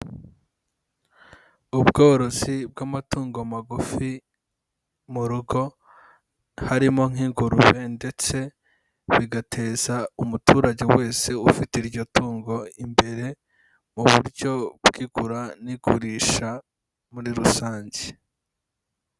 Ubworozi bw'amatungo magufi mu rugo harimo nk'ingurube ndetse bigateza umuturage wese ufite iryo tungo imbere, mu buryo bw'igura n'igurisha muri rusange.